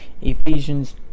Ephesians